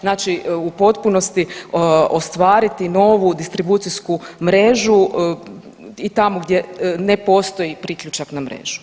Znači u potpunosti ostvariti novu distribucijsku mrežu i tamo gdje ne postoji priključak na mrežu.